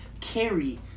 carry